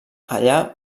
allà